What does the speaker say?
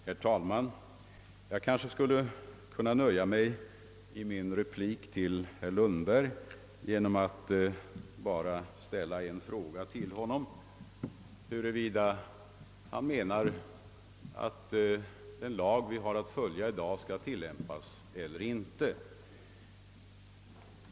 Herr talman! Jag skulle kanske i min replik till herr Lundberg kunna nöja mig med att fråga honom huruvida han menar, att den lag vi i dag har att följa skall tillämpas eller ej.